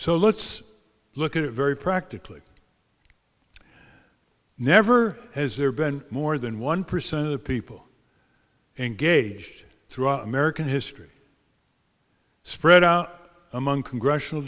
so let's look at it very practically never has there been more than one percent of the people engaged throughout american history spread out among congressional